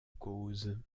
cause